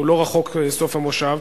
הוא לא רחוק, סוף המושב.